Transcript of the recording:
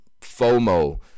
FOMO